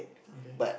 okay